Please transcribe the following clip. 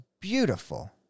beautiful